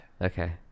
okay